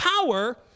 power